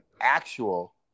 actual